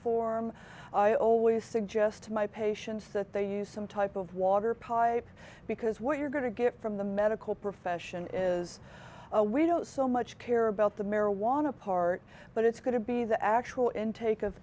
form i always suggest to my patients that they use some type of water pipe because what you're going to get from the medical profession is we don't so much care about the marijuana part but it's going to be the actual intake of